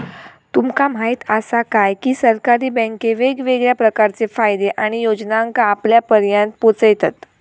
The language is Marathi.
तुमका म्हायत आसा काय, की सरकारी बँके वेगवेगळ्या प्रकारचे फायदे आणि योजनांका आपल्यापर्यात पोचयतत